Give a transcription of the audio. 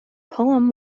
poem